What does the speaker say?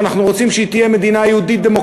שאנחנו רוצים שהיא תהיה מדינה יהודית-דמוקרטית